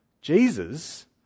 Jesus